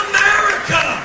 America